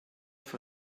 for